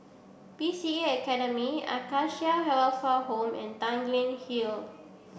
B C A Academy Acacia Home and Tanglin Hill